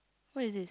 what is this